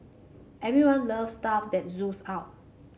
everyone loves stuff that oozes out